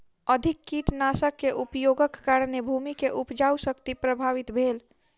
अधिक कीटनाशक के उपयोगक कारणेँ भूमि के उपजाऊ शक्ति प्रभावित भेल